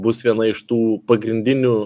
bus viena iš tų pagrindinių